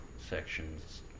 sections